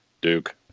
Duke